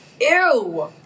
Ew